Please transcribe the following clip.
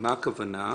מה הכוונה?